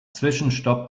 zwischenstopp